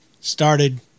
Started